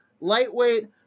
lightweight